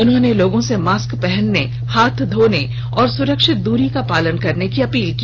उन्होंने लोगों से मास्क पहनने हाथ धोने और सुरक्षित दूरी का पालन करने की अपील की